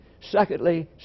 Secondly